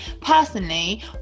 personally